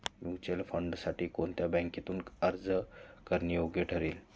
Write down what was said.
Mutual फंडांसाठी कोणत्या बँकेतून अर्ज करणे योग्य ठरेल?